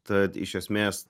tad iš esmės